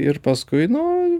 ir paskui nu